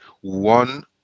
one